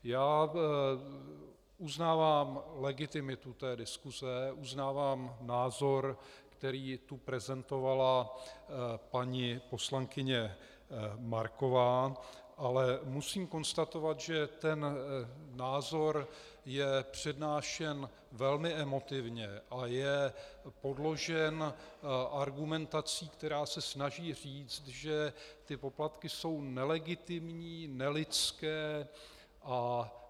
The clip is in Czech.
Já uznávám legitimitu té diskuze, uznávám názor, který tu prezentovala paní poslankyně Marková, ale musím konstatovat, že ten názor je přednášen velmi emotivně a je podložen argumentací, která se snaží říct, že poplatky jsou nelegitimní, nelidské a protiústavní.